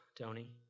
Tony